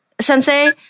sensei